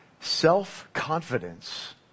Self-confidence